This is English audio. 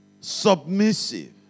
Submissive